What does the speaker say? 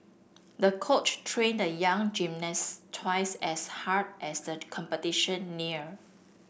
the coach trained the young gymnast twice as hard as the competition neared